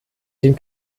den